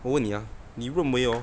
我问你啊你认为哦